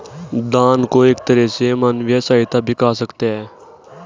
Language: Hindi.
दान को एक तरह से मानवीय सहायता भी कह सकते हैं